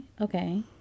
Okay